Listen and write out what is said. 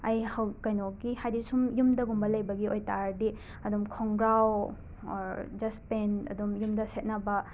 ꯑꯩ ꯍꯧ ꯀꯩꯅꯣꯒꯤ ꯍꯥꯏꯗꯤ ꯁꯨꯝ ꯌꯨꯝꯗꯒꯨꯝꯕ ꯂꯩꯕꯒꯤ ꯑꯣꯏ ꯇꯥꯔꯗꯤ ꯑꯗꯨꯝ ꯈꯣꯡꯒ꯭ꯔꯥꯎ ꯖꯁ ꯄꯦꯟ ꯑꯗꯨꯝ ꯌꯨꯝꯗ ꯁꯦꯠꯅꯕ